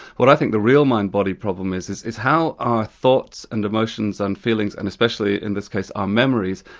what i think the real mind-body problem is, is is how our thoughts and emotions and feelings and especially in this case our memories,